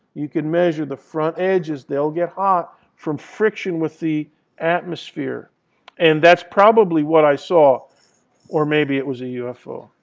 you can measure the front edges, they'll get hot from friction with the atmosphere and that's probably what i saw or maybe it was a ufo.